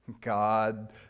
God